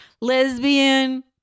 Lesbian